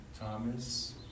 Thomas